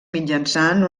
mitjançant